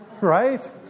right